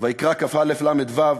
(ויקרא כ"א, ל"ו),